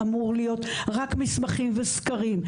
אמור להיות רק מסמכים וסקרים.